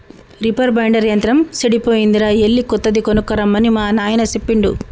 reaper binder యంత్రం సెడిపోయిందిరా ఎళ్ళి కొత్తది కొనక్కరమ్మని మా నాయిన సెప్పిండు